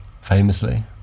Famously